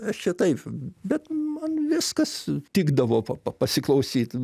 aš čia taip bet man viskas tikdavo pasiklausyt